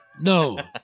No